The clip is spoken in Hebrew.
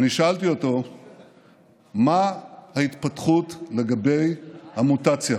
אני שאלתי אותו מה ההתפתחות לגבי המוטציה,